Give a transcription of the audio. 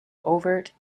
overt